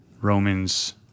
Romans